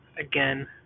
again